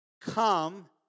come